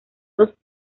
dos